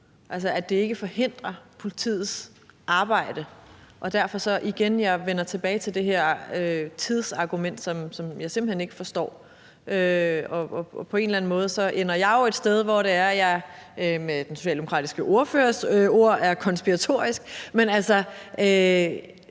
altså at det ikke forhindrer politiet i deres arbejde? Derfor vender jeg igen tilbage til det her tidsargument, som jeg simpelt hen ikke forstår. På en eller anden måde ender jeg jo et sted, hvor jeg, med den socialdemokratiske ordførers ord, er konspiratorisk. Men det